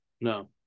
No